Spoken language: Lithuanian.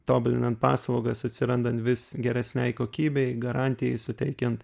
tobulinant paslaugas atsirandant vis geresnei kokybei garantijai suteikiant